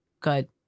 Good